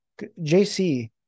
JC